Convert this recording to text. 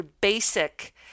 basic